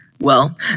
Well